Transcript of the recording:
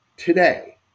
Today